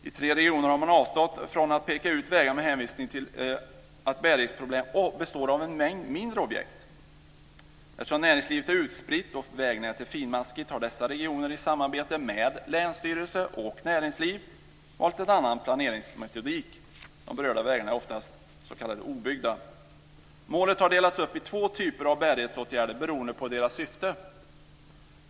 I tre regioner har man avstått från att peka ut vägar med hänvisning till att bärighetsproblem består av en mängd mindre objekt. Eftersom näringslivet är utspritt och vägnätet finmaskigt har dessa regioner, i samarbete med länsstyrelse och näringsliv, valt en annan planeringsmetodik. De berörda vägarna är oftast s.k. obyggda. Målet har delats upp i två typer av bärighetsåtgärder beroende på deras syfte.